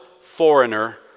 foreigner